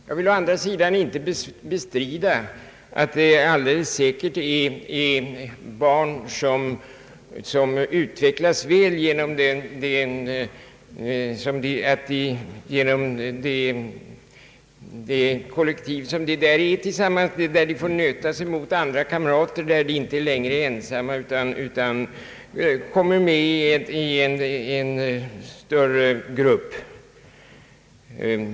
Jag vill å andra sidan inte bestrida att det alldeles säkert finns barn som utvecklas väl i det stora kollektivet där de får nötas mot kamrater, där de inte längre är ensamma utan kommer med i en stor grupp.